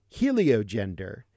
heliogender